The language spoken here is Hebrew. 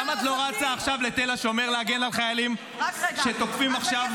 למה את לא רצה עכשיו לתל השומר להגן על חיילים שתוקפים עכשיו?